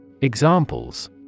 Examples